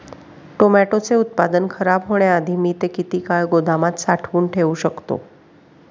टोमॅटोचे उत्पादन खराब होण्याआधी मी ते किती काळ गोदामात साठवून ठेऊ शकतो?